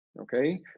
okay